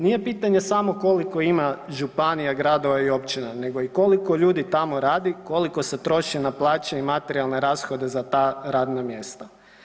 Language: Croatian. Nije pitanje samo koliko ima županija, gradova i općina, nego i koliko ljudi tamo radi, koliko se troši na plaće i materijalne rashode za ta radna mjesta.